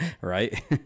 Right